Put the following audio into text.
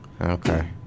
Okay